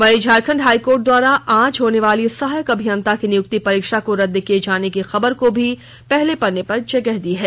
वहीं झारखंड हाईकोर्ट द्वारा आज होने वाली सहायक अभियंता की नियुक्ति परीक्षा को रद्द किए जाने की खबर को भी पहले पन्ने पर जगह दी है